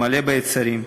מלא ביצרים.